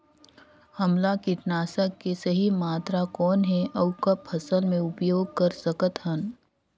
हमला कीटनाशक के सही मात्रा कौन हे अउ कब फसल मे उपयोग कर सकत हन?